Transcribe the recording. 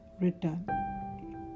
return